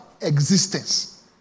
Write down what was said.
existence